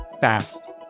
fast